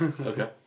Okay